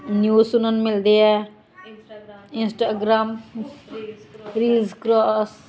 news ਸੁਣਨ ਨੂੰ ਮਿਲਦੇ ਹੈ ਇੰਸਟਾਗ੍ਰਾਮ ਰੀਲਜ਼ ਕਰੋਸ